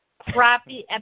crappy